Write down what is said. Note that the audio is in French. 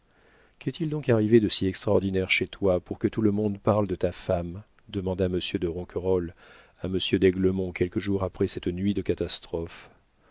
qu'est-il donc arrivé de si extraordinaire chez toi pour que tout le monde parle de ta femme demanda monsieur de ronquerolles à m d'aiglemont quelques jours après cette nuit de catastrophes